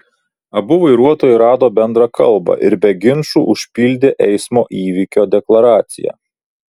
abu vairuotojai rado bendrą kalbą ir be ginčų užpildė eismo įvykio deklaraciją